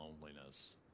loneliness